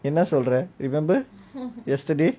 என்ன சொல்ற:enna solra remember yesterday